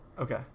Okay